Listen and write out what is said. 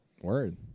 Word